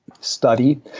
study